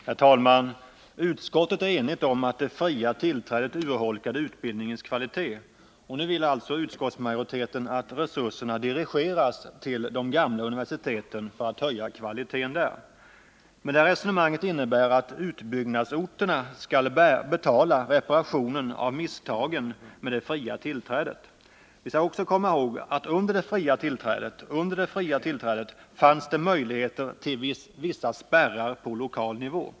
Herr talman! Utskottet är enigt om att det fria tillträdet urholkade utbildningens kvalitet, och nu vill utskottsmajoriteten att resurserna i stället dirigeras till de gamla universiteten för att höja kvaliteten där. Detta resonemang innebär att utbyggnadsorterna skall betala reparationen av misstagen med det fria tillträdet. Vi skall också komma ihåg att det under perioden med det fria tillträdet fanns möjligheter att införa vissa spärrar på lokal nivå.